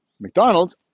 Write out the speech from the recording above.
McDonald's